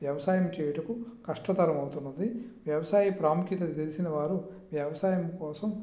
వ్యవసాయం చేయుటకు కష్టతరం అవుతున్నది వ్యవసాయ ప్రాముఖ్యత తెలిసిన వాళ్ళు వ్యవసాయం కోసం